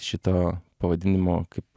šito pavadinimo kaip